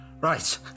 Right